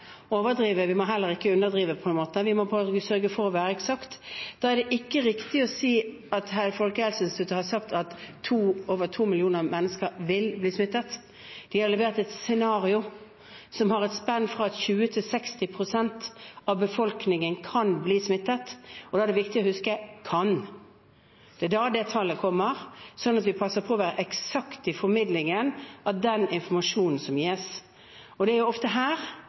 overdrive. Vi må heller ikke underdrive; vi må sørge for å være eksakte. Da er det ikke riktig å si at Folkehelseinstituttet har sagt at over to millioner mennesker vil bli smittet. De har levert et scenario med et spenn der 20 til 60 pst. av befolkningen kan bli smittet – og da er det viktig å huske «kan». Det er da det tallet kommer, slik at vi må passe på å være eksakte i formidlingen av informasjonen som gis. Det er ofte her